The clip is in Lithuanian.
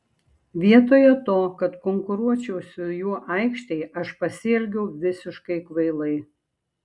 vietoje to kad konkuruočiau su juo aikštėje aš pasielgiau visiškai kvailai